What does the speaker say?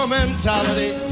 mentality